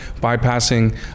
bypassing